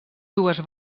dues